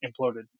imploded